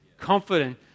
Confident